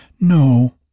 No